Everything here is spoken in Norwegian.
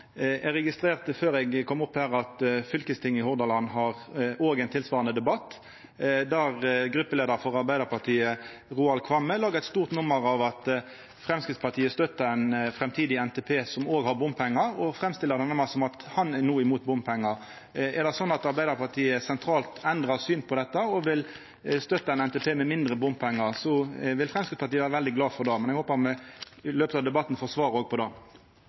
Eg registrerte før eg kom opp her, at fylkestinget i Hordaland også har ein tilsvarande debatt, der gruppeleiaren frå Arbeidarpartiet, Roald Kvamme, gjorde eit stort nummer av at Framstegspartiet støttar ein framtidig NTP som har bompengar, og han framstiller det som om han no er imot bompengar. Er det slik at Arbeidarpartiet sentralt har endra syn på dette, og vil dei støtta ein NTP med mindre bompengar, vil Framstegspartiet vera veldig glad for det. Eg håpar at me i løpet av debatten får svar på det.